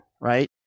right